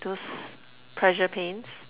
those pressure pains